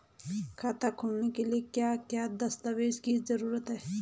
खाता खोलने के लिए क्या क्या दस्तावेज़ की जरूरत है?